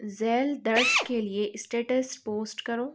ذیل درج کے لیے اسٹیٹس پوسٹ کرو